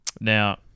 Now